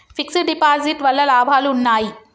Fix డ్ deposit వల్ల లాభాలు ఉన్నాయి?